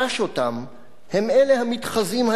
הם אלה המתחזים היום כתנועת העבודה.